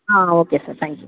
okay sir thank you